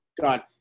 God